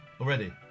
already